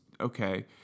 okay